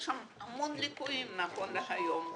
יש שם המון ליקויים נכון להיום,